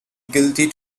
guilty